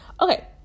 Okay